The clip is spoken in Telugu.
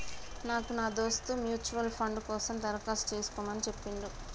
నాకు నా దోస్త్ మ్యూచువల్ ఫండ్ కోసం దరఖాస్తు చేసుకోమని చెప్పిండు